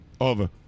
over